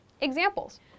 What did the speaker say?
Examples